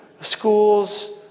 schools